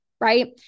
Right